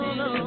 no